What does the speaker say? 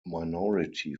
minority